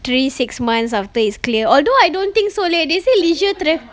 three six months after it's clear although I don't think so leh they say leisure tra~